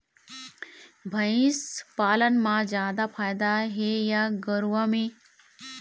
भंइस पालन म जादा फायदा हे या गरवा में?